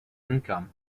income